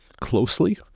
closely